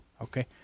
okay